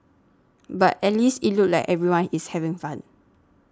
but at least it looks like everyone is having fun